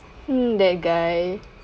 mm that guy